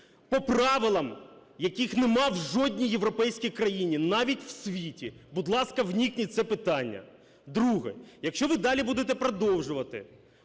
по правилах, яких нема в жодній європейській країні, навіть в світі, будь ласка, вникніть в це питання. Друге. Якщо ви далі будете продовжувати